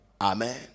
Amen